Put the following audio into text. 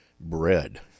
bread